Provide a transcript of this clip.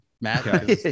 Matt